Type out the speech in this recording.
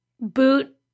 boot